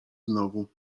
znowu